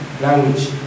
language